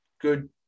good